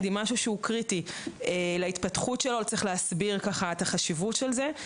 היא משהו שהוא קריטי להתפתחות שלו; לא צריך להסביר את החשיבות של זה.